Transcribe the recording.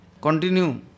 continue